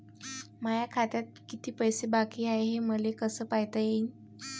माया खात्यात किती पैसे बाकी हाय, हे मले कस पायता येईन?